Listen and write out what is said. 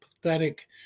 pathetic